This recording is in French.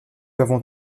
avant